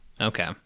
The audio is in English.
Okay